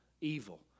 evil